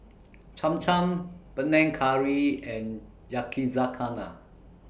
Cham Cham Panang Curry and Yakizakana